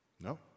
No